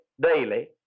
daily